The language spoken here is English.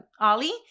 Ollie